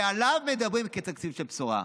שעליו מדברים כתקציב של בשורה.